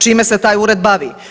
Čime se taj Ured bavi?